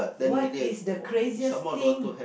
what is the craziest thing